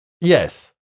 Yes